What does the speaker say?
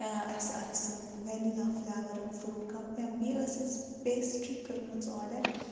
اَسہِ آسہِ ویٚنِلا فٕلیوَرُک فروٗٹ کَپ یا بیٚیہِ ٲسۍ اَسہِ پیسٹری کٔرمٕژ آرڈر